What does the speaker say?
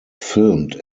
filmed